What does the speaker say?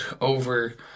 over